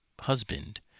husband